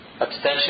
Abstention